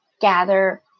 gather